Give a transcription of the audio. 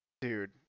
dude